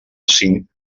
cinc